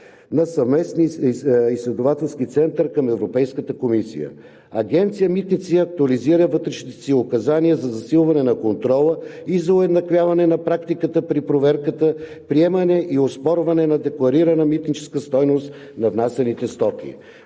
на Съвместния изследователски център към Европейската комисия. Агенция „Митници“ актуализира и вътрешните си указания за засилване на контрола и за уеднаквяване на практиката при проверката, приемането и оспорването на декларираната митническа стойност на внасяните стоки.